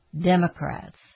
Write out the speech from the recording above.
Democrats